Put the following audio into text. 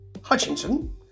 Hutchinson